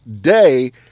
day